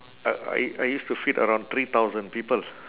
uh I I used to feed around three thousand people